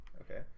Okay